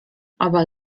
obaj